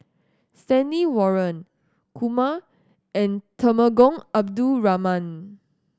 Stanley Warren Kumar and Temenggong Abdul Rahman